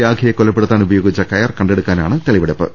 രാഖിയെ കൊലപ്പെടുത്താൻ ഉപയോഗിച്ച കയർ കണ്ടെടുക്കാനാണ് തെളിവെടുപ്പ്